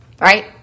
right